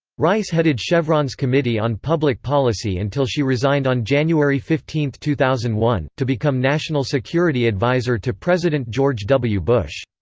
rice headed chevron's committee on public policy until she resigned on january fifteen, two thousand and one, to become national security advisor to president george w. bush.